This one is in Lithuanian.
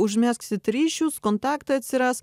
užmegsit ryšius kontaktai atsiras